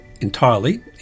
entirely